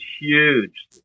huge